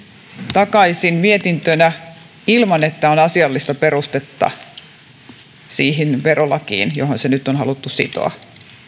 takaisin mietintönä ilman että on asiallista perustetta sitoa se siihen verolakiin johon se nyt on haluttu sitoa